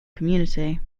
community